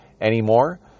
anymore